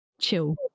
chill